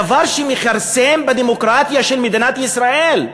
דבר שמכרסם בדמוקרטיה של מדינת ישראל?